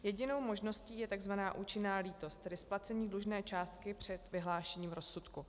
Jedinou možností je tzv. účinná lítost, tedy splacení dlužné částky před vyhlášením rozsudku.